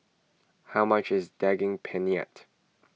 how much is Daging Penyet